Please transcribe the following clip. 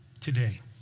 today